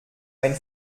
ein